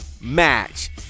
match